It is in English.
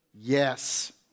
Yes